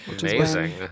Amazing